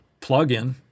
plugin